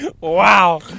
Wow